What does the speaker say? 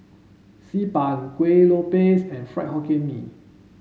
Xi Ban Kuih Lopes and Fried Hokkien Mee